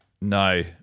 No